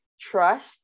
trust